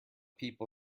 people